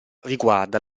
riguarda